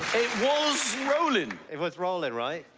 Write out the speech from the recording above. was rollin'. it was rollin', right?